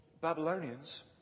Babylonians